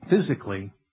physically